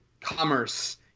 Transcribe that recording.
commerce